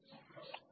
xE